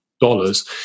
dollars